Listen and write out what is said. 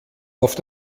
auf